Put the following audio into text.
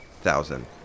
thousand